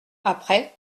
après